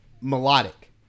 melodic